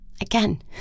again